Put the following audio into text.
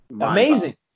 Amazing